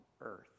earth